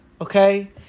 Okay